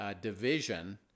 division